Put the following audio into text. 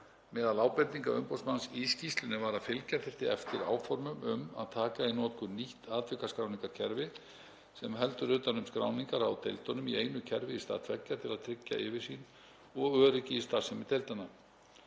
Meðal ábendinga umboðsmanns í skýrslunni var að fylgja þyrfti eftir áformum um að taka í notkun nýtt atvikaskráningarkerfi sem heldur utan um skráningar á deildunum í einu kerfi í stað tveggja til að tryggja yfirsýn og öryggi í starfsemi deildanna.